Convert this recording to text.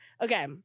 okay